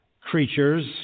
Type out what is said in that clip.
creatures